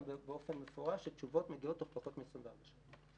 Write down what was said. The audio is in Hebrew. באופן מפורש שהתשובות מגיעות תוך פחות מ-24 שעות.